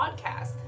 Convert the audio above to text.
podcast